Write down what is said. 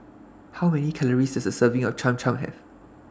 How Many Calories Does A Serving of Cham Cham Have